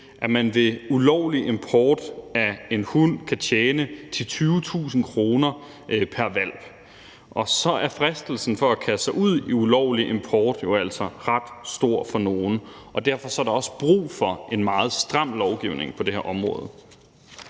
at man ved ulovlig import af en hund kan tjene 10.000-20.000 kr. pr. hvalp. Og så er fristelsen til at kaste sig ud i ulovlig import altså ret stor for nogle. Derfor er der også brug for en meget stram lovgivning på det her område.